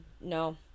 No